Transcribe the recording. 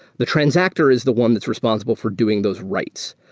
the transactor is the one that's responsible for doing those writes.